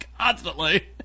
constantly